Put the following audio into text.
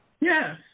Yes